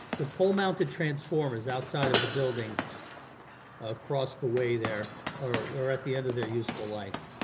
the pole mounted transformers outside of the building across the way there are are at the end of their useful life.